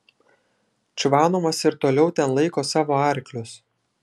čvanovas ir toliau ten laiko savo arklius